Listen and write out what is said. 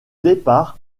départ